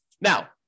Now